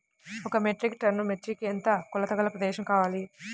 ఒక metric ton మిర్చికి ఎంత కొలతగల ప్రదేశము కావాలీ?